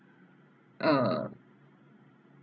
uh